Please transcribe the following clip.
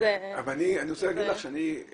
אז אני רוצה להגיד לך שכל